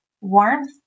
warmth